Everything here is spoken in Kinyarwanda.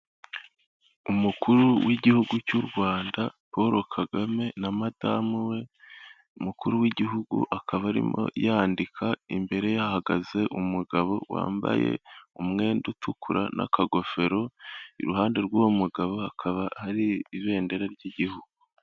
Umukuru w'igihugu cy'u Rwanda Paul Kagame na madamu we, umukuru w'igihugu akaba arimo yandika, imbere ye hahagaze umugabo wambaye umwenda utukura n'akagofero, iruhande rw'uwo mugabo hakaba hari ibendera ry'igihugu.